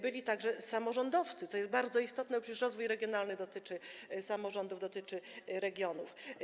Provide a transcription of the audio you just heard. Byli tam także samorządowcy, co jest bardzo istotne, bo przecież rozwój regionalny dotyczy samorządów, dotyczy regionów.